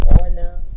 honor